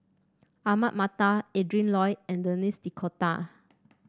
Ahmad Mattar Adrin Loi and Denis D'Cotta